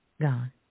Gone